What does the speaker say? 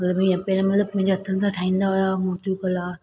मतलबु इहा पहिरीं मतलबु पंहिंजे हथनि सां ठाहींदा हुआ मुर्तियूं कला